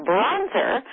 Bronzer